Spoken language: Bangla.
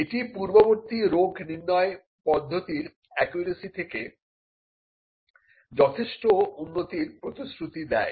এটি পূর্ববর্তী রোগ নির্ণয় পদ্ধতির অ্যাকুরেসি থেকে যথেষ্ট উন্নতির প্রতিশ্রুতি দেয়